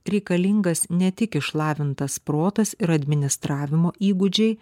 reikalingas ne tik išlavintas protas ir administravimo įgūdžiai